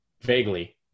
vaguely